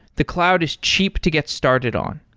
the cloud is cheap to get started on.